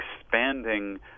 expanding